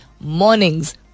mornings